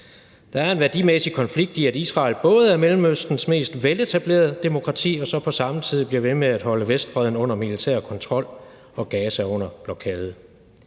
Der er en værdimæssig konflikt i, at Israel både er Mellemøstens mest veletablerede demokrati og så på samme tid bliver ved med at holde Vestbredden under militær kontrol og Gaza under blokade.